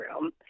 Room